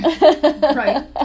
Right